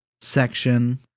Section